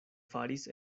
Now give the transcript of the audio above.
faris